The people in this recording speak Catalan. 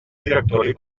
directori